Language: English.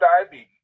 diabetes